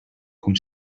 com